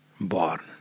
born